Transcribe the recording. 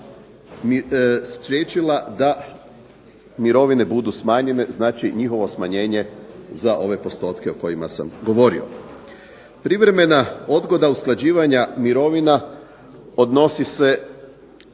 da mirovine budu smanjene, znači njihovo smanjenje za ove postotke o kojima sam govorio. Privremena odgoda usklađivanja mirovina odnosi se